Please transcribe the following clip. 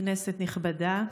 כנסת נכבדה,